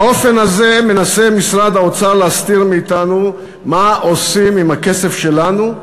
באופן הזה מנסה משרד האוצר להסתיר מאתנו מה עושים עם הכסף שלנו,